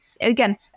Again